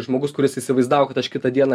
žmogus kuris įsivaizdavo kad aš kitą dieną